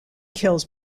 kills